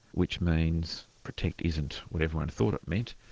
which means protect isn't what everyone thought it meant,